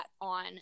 on